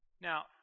Now